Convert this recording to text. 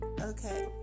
Okay